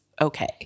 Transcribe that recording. okay